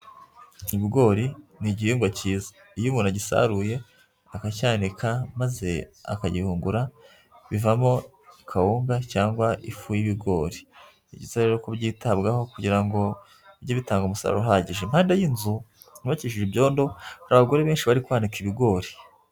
Ibigori ni igihingwa cyiza, iyo umuntu agisaruye akacyanika maze akagihungura bivamo kawuga cyangwa ifu y'ibigori, ni byiza rero ko byitabwaho kugira ngo bijye bitanga umusaruro uhagije, impande y'inzu yubakishije ibyondo hari abagore benshi bari kwanika ibigori.